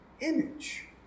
image